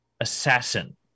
assassin